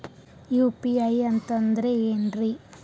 UPI ಅಂತಂದ್ರೆ ಏನ್ರೀ?